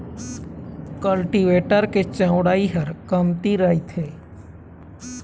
cultivator के चउड़ई ह कमती रहिथे